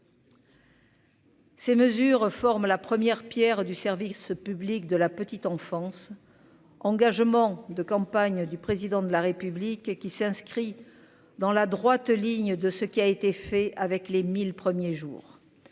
Ces mesures forment la première Pierre du service public de la petite enfance, engagement de campagne du président de la République qui s'inscrit dans la droite ligne de ce qui a été fait avec les mille premiers jours